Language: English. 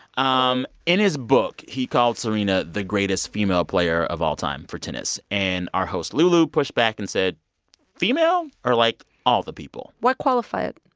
um in his book, he called serena the greatest female player of all time for tennis. and our host, lulu, pushed back and said female or, like, all the people? why qualify it?